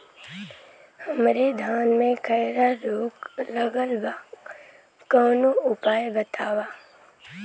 हमरे धान में खैरा रोग लगल बा कवनो उपाय बतावा?